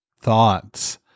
thoughts